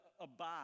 Abide